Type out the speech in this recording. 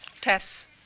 Tess